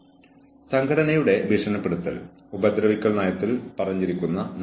അതിനാൽ നിങ്ങൾ എല്ലായ്പ്പോഴും ഒരു പോസിറ്റീവ് നോട്ടിൽ സഹായിക്കണം